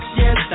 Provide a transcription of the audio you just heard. yes